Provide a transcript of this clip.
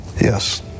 Yes